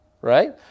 Right